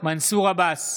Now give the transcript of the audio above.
מנסור עבאס,